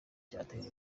cyatera